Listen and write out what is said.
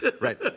Right